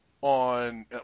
On